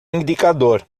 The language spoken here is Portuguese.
indicador